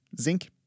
zinc